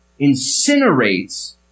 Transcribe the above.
incinerates